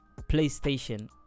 PlayStation